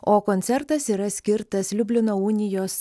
o koncertas yra skirtas liublino unijos